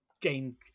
gain